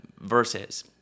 verses